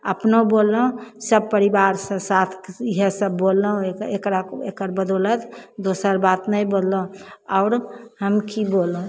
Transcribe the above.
अपनों बोललहुँ सब परिवार सब साथ इएह सब बोललहुँ एकरा एकर बदौलत दोसर बात नहि बोललहुँ आओर हम की बोलु